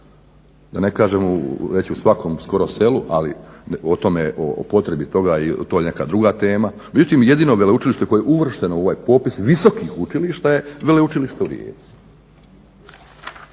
da ne kažem već u svakom skoro selu, ali o tome, o potrebi toga to je neka druga tema. Međutim, jedino veleučilište koje je uvršteno u ovaj popis visokih učilišta je Veleučilište u Rijeci.